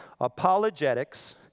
Apologetics